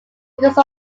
because